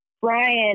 Brian